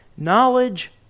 Knowledge